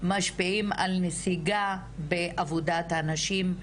משפיעים על נסיגה בעבודת הנשים,